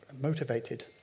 motivated